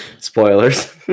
Spoilers